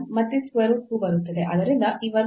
ಇಲ್ಲಿ 1 ಪ್ಲಸ್ 1